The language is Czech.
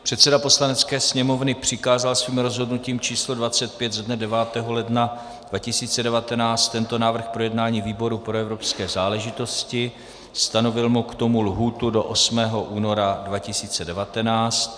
Předseda Poslanecké sněmovny přikázal svým rozhodnutím č. 25 ze dne 9. ledna 2019 tento návrh k projednání výboru pro evropské záležitosti, stanovil mu k tomu lhůtu do 8. února 2019.